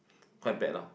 quite bad lah